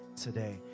today